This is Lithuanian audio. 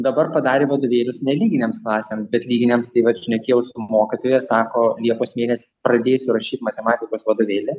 dabar padarė vadovėlius nelyginėms klasėms bet lyginėms tai vat šnekėjau su mokytoja sako liepos mėnesį pradėsiu rašyt matematikos vadovėlį